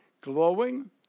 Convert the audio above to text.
Glowing